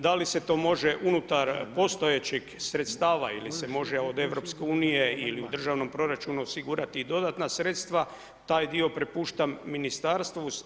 Da li se to može unutar postojećih sredstava ili se može od Europske unije ili u državnom proračunu osigurati i dodatne sredstva, taj dio prepuštam Ministarstvu.